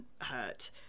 hurt